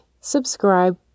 subscribe